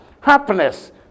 happiness